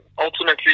Ultimately